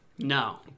No